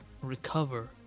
recover